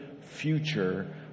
future